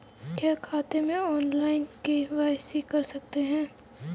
क्या खाते में ऑनलाइन के.वाई.सी कर सकते हैं?